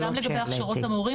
גם לגבי הכשרות המורים,